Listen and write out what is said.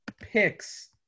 picks